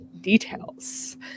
details